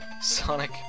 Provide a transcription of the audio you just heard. Sonic